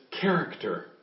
character